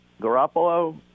Garoppolo